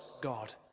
God